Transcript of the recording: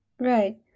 Right